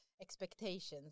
expectations